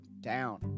down